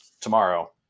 tomorrow